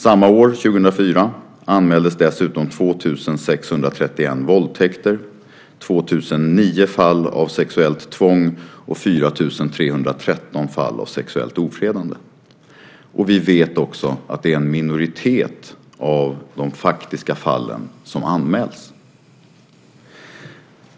Samma år, 2004, anmäldes dessutom 2 631 våldtäkter, 2 009 fall av sexuellt tvång och 4 313 fall av sexuellt ofredande. Vi vet också att det är en minoritet av de faktiska fallen som anmäls.